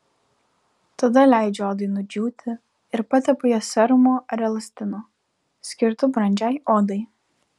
tada leidžiu odai nudžiūti ir patepu ją serumu ar elastinu skirtu brandžiai odai